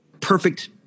perfect